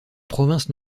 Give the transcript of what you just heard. province